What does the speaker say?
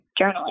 journaling